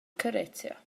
carezia